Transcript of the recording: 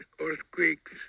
earthquakes